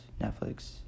Netflix